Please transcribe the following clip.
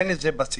אין לזה בסיס.